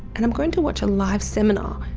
and i'm going to watch a live seminar.